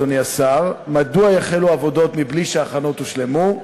אדוני השר: 1. מדוע יחלו העבודות בלי שהושלמו ההכנות?